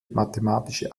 mathematische